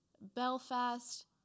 Belfast